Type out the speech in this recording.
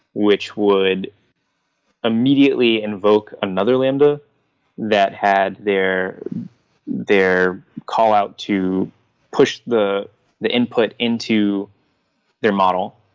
which would immediately invoke another lambda that had their their call out to push the the input into their model.